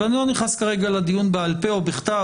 ואני לא נכנס כרגע לדיון אם בעל פה או בכתב,